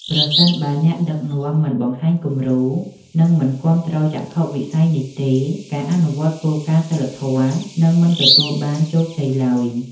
ប្រសិនបើអ្នកដឹកនាំមិនបង្ហាញគំរូ និងមិនគាំទ្រចក្ខុវិស័យនេះទេ ការអនុវត្តគោលការណ៍សីលធម៌នឹងមិនទទួលបានជោគជ័យឡើយ។